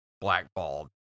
blackballed